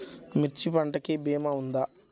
మిర్చి పంటకి భీమా ఉందా?